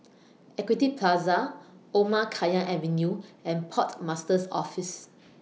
Equity Plaza Omar Khayyam Avenue and Port Master's Office